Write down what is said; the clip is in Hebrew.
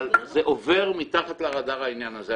אבל זה עובר מתחת לרדאר העניין הזה,